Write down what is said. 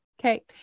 okay